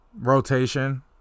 rotation